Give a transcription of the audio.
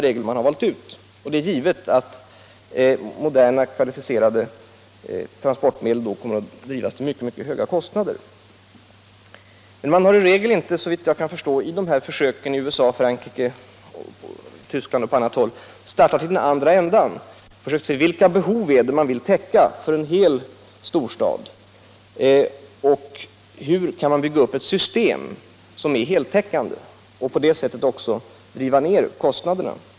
Det är givet att moderna kvalificerade transportmedel under sådana förhållanden kommer att drivas till mycket, höga kostnader. Men man har i regel inte, såvitt jag kan förstå, vid de här försöken i USA, Frankrike, Tyskland och andra länder startat i den andra änden och försökt se vilka behov man vill täcka för en hel storstad och hur man kan bygga upp ett heltäckande system för att på det sättet få ned kostnaderna.